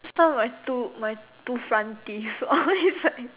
some of my two my two front teeth all is like